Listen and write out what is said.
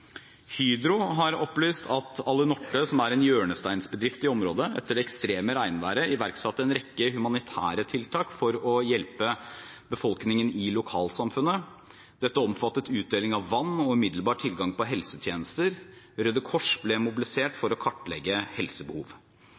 Hydro har opplyst at Alunorte, som er en hjørnestensbedrift i området, etter det ekstreme regnværet iverksatte en rekke humanitære tiltak for å hjelpe befolkningen i lokalsamfunnet. Dette omfattet utdeling av vann og umiddelbar tilgang på helsetjenester. Røde Kors ble mobilisert for å kartlegge helsebehov.